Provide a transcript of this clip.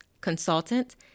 consultant